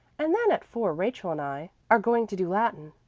and then at four rachel and i are going to do latin.